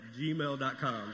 gmail.com